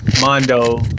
Mondo